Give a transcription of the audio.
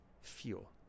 fuel